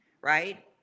right